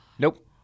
Nope